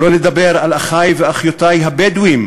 שלא לדבר על אחי ואחיותי הבדואים,